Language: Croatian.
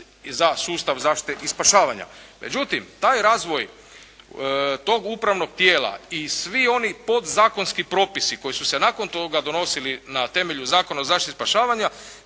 za sustav zaštite i spašavanja. Međutim, taj razvoj tog upravnog tijela i svi oni podzakonski propisi koji su se nakon toga donosili na temelju Zakona o zaštiti i spašavanja